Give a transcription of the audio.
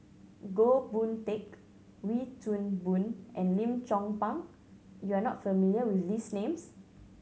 Goh Boon Teck Wee Toon Boon and Lim Chong Pang you are not familiar with these names